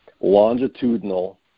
longitudinal